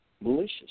malicious